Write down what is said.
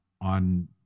on